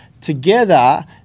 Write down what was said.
together